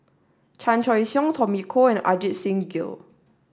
Chan Choy Siong Tommy Koh and Ajit Singh Gill